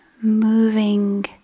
moving